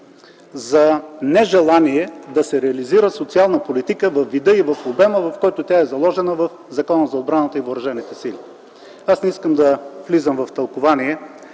за нежелание да се реализира социална политика във вида и в обема, в който тя е заложена в Закона за отбраната и въоръжените сили. Не искам да влизам в тълкувание